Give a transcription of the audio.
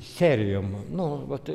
serijom nu vat